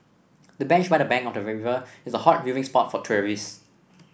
the bench by the bank of the river is a hot viewing spot for tourists